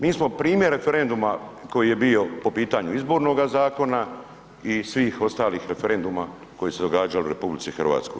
MI smo primjer referenduma koji je bio po pitanju izbornoga zakona i svih ostalih referenduma koji su se događali u RH.